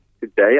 Today